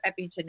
epigenetics